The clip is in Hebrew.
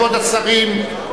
כבוד השרים,